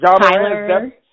Tyler